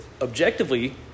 objectively